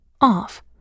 off